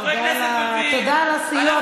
חברי כנסת גונבים, אנחנו מסיתים,